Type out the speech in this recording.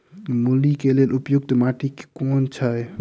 मूली केँ लेल उपयुक्त माटि केँ छैय?